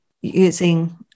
using